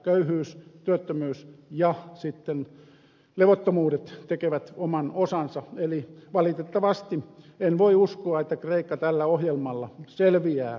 köyhyys työttömyys ja sitten levottomuudet tekevät oman osansa eli valitettavasti en voi uskoa että kreikka tällä ohjelmalla selviää tästä tilanteesta